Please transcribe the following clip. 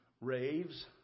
Raves